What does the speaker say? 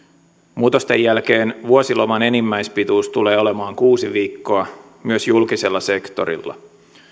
muutosten jälkeen vuosiloman enimmäispituus tulee olemaan kuusi viikkoa myös julkisella sektorilla